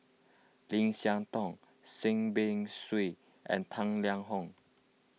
Lim Siah Tong Seah Peck Seah and Tang Liang Hong